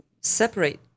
separate